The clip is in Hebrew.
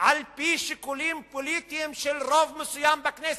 על-פי שיקולים פוליטיים של רוב מסוים בכנסת.